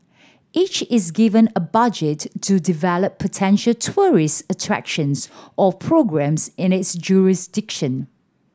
each is given a budget to develop potential tourist attractions or programmes in its jurisdiction